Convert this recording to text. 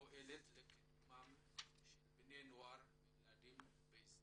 ופועלת לקידומם של בני נוער וילדים בישראל.